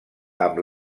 amb